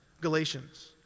Galatians